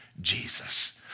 Jesus